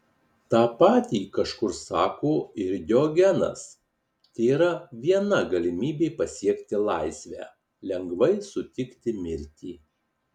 tą patį kažkur sako ir diogenas tėra viena galimybė pasiekti laisvę lengvai sutikti mirtį